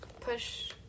push